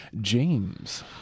James